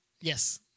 Yes